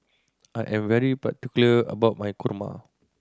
I am very particular about my kurma